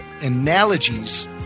analogies